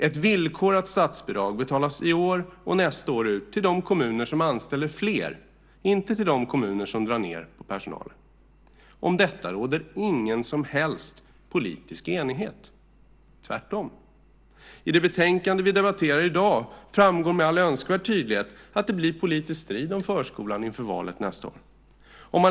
Ett villkorat statsbidrag betalas i år och nästa år ut till de kommuner som anställer fler, inte till de kommuner som drar ned på personalen. Om detta råder ingen som helst politisk enighet. Tvärtom! I det betänkande vi debatterar i dag framgår med all önskvärd tydlighet att det blir politisk strid om förskolan inför valet nästa år.